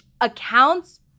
accounts